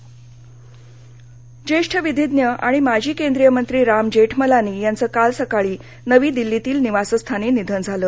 जेठमलानी ज्येष्ठ विधीज्ञ आणि माजी केंद्रीय मंत्री राम जेठमलानी यांचं काल सकाळी नवी दिल्लीतील निवासस्थानी निधन झालं